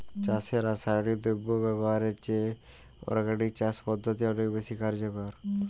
চাষে রাসায়নিক দ্রব্য ব্যবহারের চেয়ে অর্গানিক চাষ পদ্ধতি অনেক বেশি কার্যকর